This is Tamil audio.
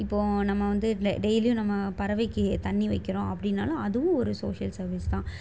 இப்போது நம்ம வந்து டெ டெய்லியும் நம்ம பறவைக்கு தண்ணி வைக்கிறோம் அப்படின்னாலும் அதுவும் ஒரு சோஷியல் சர்வீஸ் தான்